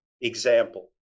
Example